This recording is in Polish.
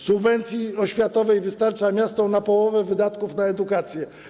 Subwencji oświatowej wystarcza miastom na połowę wydatków na edukację.